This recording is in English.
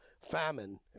famine